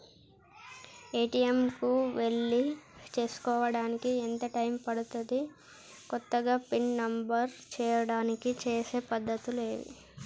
ATM కు వెళ్లి చేసుకోవడానికి ఎంత టైం పడుతది? కొత్తగా పిన్ నంబర్ చేయడానికి చేసే పద్ధతులు ఏవి?